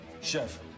Chef